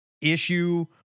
issue